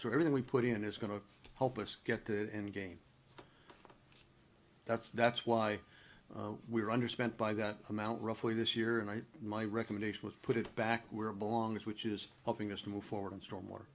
so everything we put in is going to help us get the end game that's that's why we're under spent by that amount roughly this year and i my recommendation would put it back where it belongs which is helping us to move forward and still more